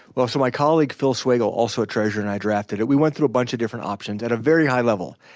well, so my colleague phil swagel, also a treasurer, and i drafted it. we went through a bunch of different options at a very high level.